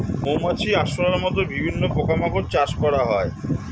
মৌমাছি, আরশোলার মত বিভিন্ন পোকা মাকড় চাষ করা হয়